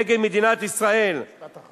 נגד מדינת ישראל משפט אחרון.